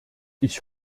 ich